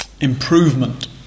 improvement